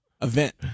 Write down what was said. Event